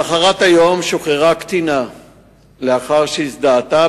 למחרת היום שוחררה הקטינה לאחר שהזדהתה,